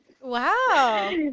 Wow